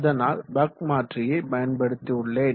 அதனால் பக் மாற்றியை பயன்படுத்தி உள்ளேன்